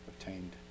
obtained